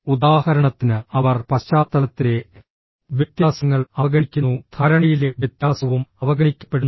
ഉദാഹരണത്തിന് അവർ പശ്ചാത്തലത്തിലെ വ്യത്യാസങ്ങൾ അവഗണിക്കുന്നു ധാരണയിലെ വ്യത്യാസവും അവഗണിക്കപ്പെടുന്നു